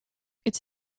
its